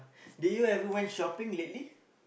do you ever went shopping lately